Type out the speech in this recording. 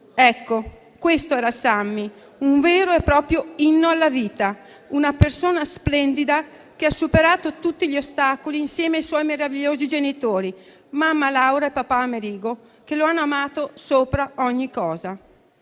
Questo era Sammy, un vero e proprio inno alla vita, una persona splendida che ha superato tutti gli ostacoli insieme ai suoi meravigliosi genitori, mamma Laura e papà Amerigo, che lo hanno amato sopra ogni cosa.